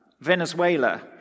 Venezuela